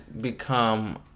become